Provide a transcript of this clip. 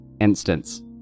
instance